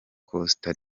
costa